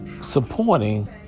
supporting